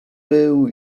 był